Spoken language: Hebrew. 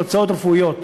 בהוצאות רפואיות.